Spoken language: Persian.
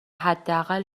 حداقل